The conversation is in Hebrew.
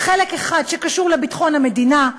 החלק האחד שקשור לביטחון המדינה,